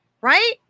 right